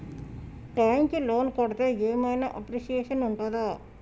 Time కి loan కడ్తే ఏం ఐనా అప్రిషియేషన్ ఉంటదా?